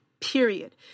period